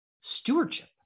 stewardship